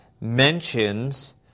mentions